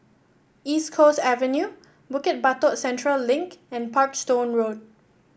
East Coast Avenue Bukit Batok Central Link and Parkstone Road